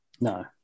No